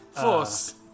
Force